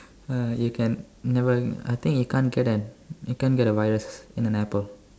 uh you can never I think you can't get an you can't get a virus in an apple